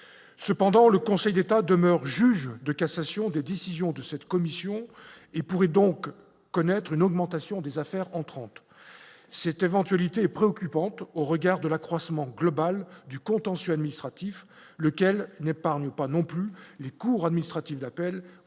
cependant, le Conseil d'État demeure juge de cassation de discussions de cette commission et pourrait donc connaître une augmentation des affaires en 30 ans s'était vendu alité préoccupante au regard de l'accroissement global du contentieux administratif, lequel n'est pas nous, pas non plus les cours administratives d'appel ou les